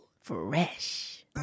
Fresh